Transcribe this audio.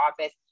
office